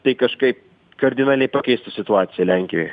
tai kažkaip kardinaliai pakeistų situaciją lenkijoj